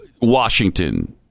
Washington